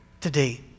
today